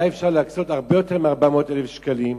היה אפשר להקצות הרבה יותר מ-400,000 שקלים.